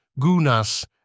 gunas